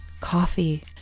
coffee